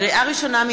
לקריאה ראשונה,